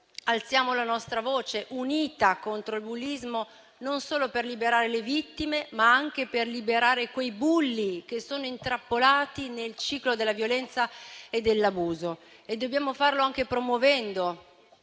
Alziamo la nostra voce unita contro il bullismo, non solo per liberare le vittime, ma anche per liberare quei bulli che sono intrappolati nel ciclo della violenza e dell'abuso. Dobbiamo farlo anche promuovendo